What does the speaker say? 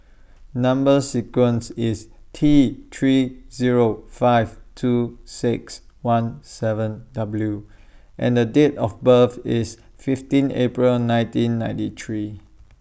Number sequence IS T three Zero five two six one seven W and The Date of birth IS fifteen April nineteen ninety three